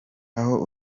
aho